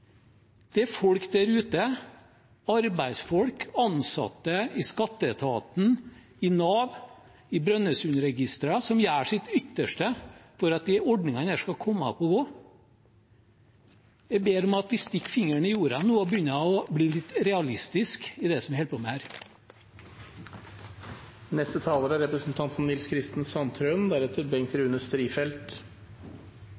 Det er folk der ute – arbeidsfolk, ansatte i Skatteetaten, i Nav, i Brønnøysundregistrene – som gjør sitt ytterste for at disse ordningene skal komme opp og stå. Jeg ber om at man stikker fingeren i jorda nå og begynner å bli litt realistisk i det man holder på med her. La oss være litt realistiske og nøkterne. Dette er